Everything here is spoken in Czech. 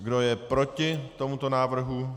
Kdo je proti tomuto návrhu?